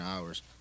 hours